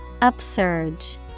Upsurge